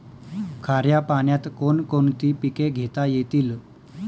खाऱ्या पाण्यात कोण कोणती पिके घेता येतील?